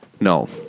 no